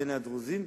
ביניהם הדרוזים,